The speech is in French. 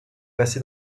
passé